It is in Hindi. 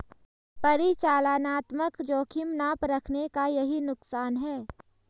परिचालनात्मक जोखिम ना परखने का यही नुकसान है